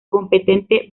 competente